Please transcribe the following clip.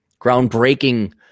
groundbreaking